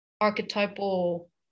archetypal